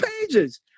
pages